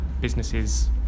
businesses